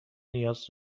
نیاز